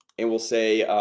and we'll say